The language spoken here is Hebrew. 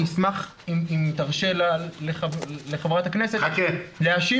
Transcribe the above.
אני אשמח אם תרשה לחברת הכנסת להשיב